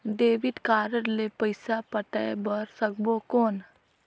Debit card ले पइसा पटाय बार सकबो कौन?